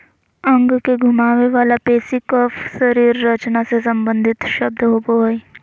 अंग के घुमावे वला पेशी कफ शरीर रचना से सम्बंधित शब्द होबो हइ